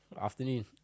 Afternoon